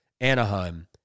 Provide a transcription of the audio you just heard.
Anaheim